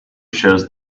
shows